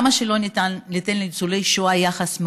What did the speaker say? למה שלא ניתן לניצולי שואה יחס מועדף,